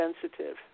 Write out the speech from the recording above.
sensitive